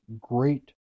great